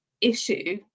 issue